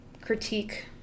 critique